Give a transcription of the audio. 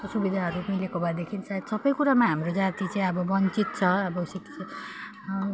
सुविधाहरू मिलेको भएदेखि सायद सबै कुरामा हाम्रो जाति चाहिँ अब वञ्चित छ अब